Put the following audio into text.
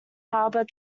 harbour